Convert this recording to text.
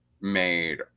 made